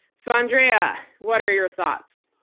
so, andrea, what are your thoughts?